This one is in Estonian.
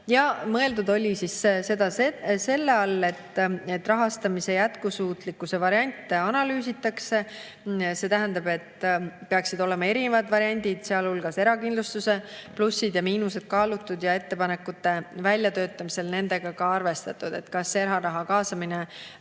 Mõeldud oli selle all seda, et rahastamise jätkusuutlikkuse variante analüüsitakse. See tähendab, et peaksid olema erinevad variandid, sealhulgas erakindlustuse plussid ja miinused kaalutud ja ettepanekute väljatöötamisel nendega ka arvestatud, et [teada,] kas eraraha kaasamine